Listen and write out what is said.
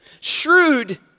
Shrewd